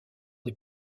des